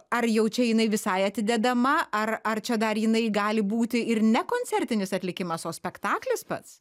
ar jau čia jinai visai atidedama ar ar čia dar jinai gali būti ir ne koncertinis atlikimas o spektaklis pats